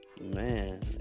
Man